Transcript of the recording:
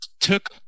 took